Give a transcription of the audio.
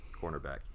cornerback